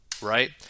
right